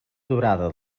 durada